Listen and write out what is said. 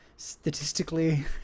Statistically